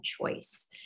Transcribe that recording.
choice